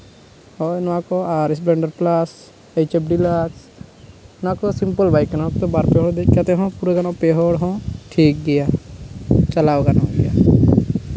ᱦᱳᱭ ᱱᱚᱣᱟ ᱠᱚ ᱟᱨ Splendor plus H F Deluxe ᱱᱚᱣᱟ ᱠᱚ ᱥᱤᱢᱯᱮᱞ ᱵᱟᱭᱤᱠ ᱠᱟᱱᱟ ᱱᱚᱣᱟ ᱠᱚᱨᱮ ᱵᱟᱨ ᱯᱮ ᱦᱚᱲ ᱫᱮᱡ ᱠᱟᱛᱮ ᱦᱚᱸ ᱯᱩᱨᱟᱹ ᱜᱟᱱᱚᱜᱼᱟ ᱯᱮ ᱦᱚᱲ ᱦᱚᱸ ᱴᱷᱤᱠ ᱜᱮᱭᱟ ᱪᱟᱞᱟᱣ ᱜᱟᱱᱚᱜ ᱜᱮᱭᱟ